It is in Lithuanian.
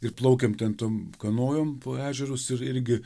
ir plaukėm ten tom kanojom po ežerus ir irgi